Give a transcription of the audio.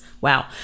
wow